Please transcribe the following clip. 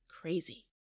crazy